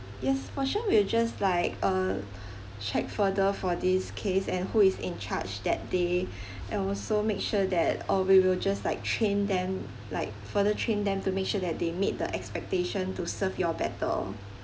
yes for sure we'll just like uh check further for this case and who is in charge that day and also make sure that or we will just like train them like further train them to make sure that they meet the expectation to serve you all better